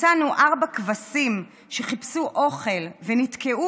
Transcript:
מצאנו ארבע כבשים שחיפשו אוכל ונתקעו